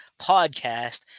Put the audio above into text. podcast